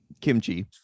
kimchi